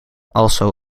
also